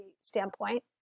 standpoint